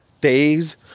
days